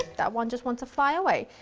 that one just wants to fly away,